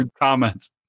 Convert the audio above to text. comments